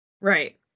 Right